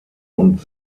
und